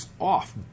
off